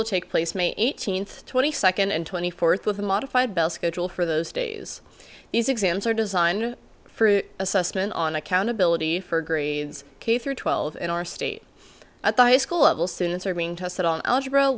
will take place may eighteenth twenty second and twenty fourth with a modified bell schedule for those days these exams are designed for assessment on accountability for grades k through twelve in our state at the high school level students are being tested on algebra